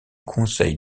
conseil